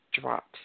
drops